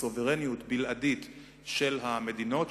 בסוברניות בלעדית של המדינות,